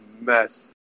mess